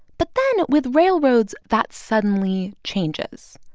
but then, with railroads, that suddenly changes.